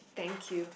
thank you